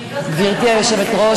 גברתי היושבת-ראש,